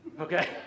Okay